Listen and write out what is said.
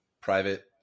private